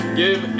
give